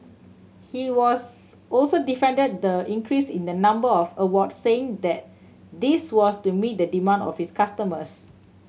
he was also defended the increase in the number of awards saying that this was to meet the demand of his customers